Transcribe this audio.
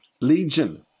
Legion